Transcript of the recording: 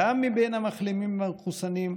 גם מבין המחלימים והמחוסנים,